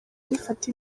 bifata